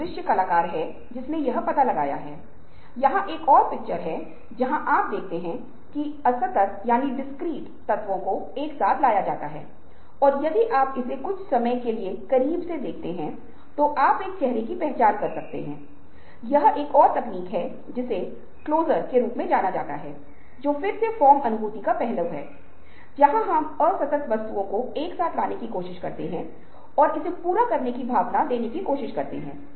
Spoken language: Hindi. इतना कहकर मैं यह नहीं कह रहा हूं कि बच्चा हमसे ज्यादा रचनात्मक है इसका कहने का मतलब यह है कि जिस तरह से असामान्य तरीके से वस्तुओं का इस्तेमाल किया जा सकता है वह रचनात्मकता को दर्शाता है